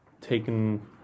taken